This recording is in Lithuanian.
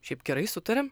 šiaip gerai sutariam